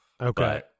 Okay